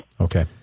Okay